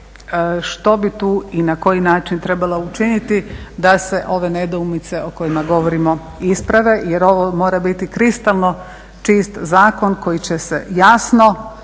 što bi tu i na koji način trebala učiniti da se ove nedoumice o kojima govorimo isprave jer ovo mora biti kristalno čist zakon koji će se jasno